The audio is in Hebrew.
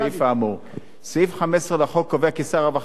סעיף 15 לחוק קובע כי שר הרווחה והשירותים החברתיים,